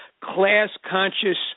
class-conscious